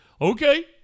Okay